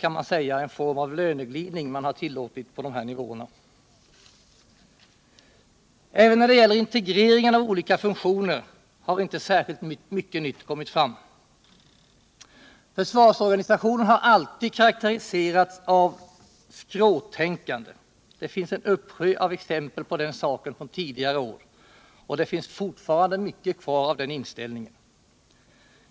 kan säga att det är en följd av en löneglidning som tillåtits på de här nivåerna. Även när det gäller integreringen av olika funktioner har det inte kommit fram särskilt mycket nytt. Försvarsorganisationen har alltid karakteriserats av skråtänkande. Det finns en uppsjö av exempel på den saken från tidigare i år, och det finns fortfarande mycket kvar av den inställningen.